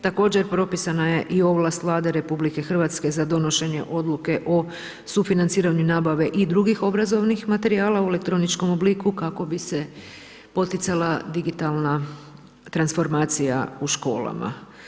Također propisana je i ovlast Vlade RH za donošenje odluke o sufinanciranju nabave i drugih obrazovnih materijala u elektroničkom obliku kako bi se poticala digitalna transformacija u školama.